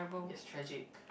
it's tragic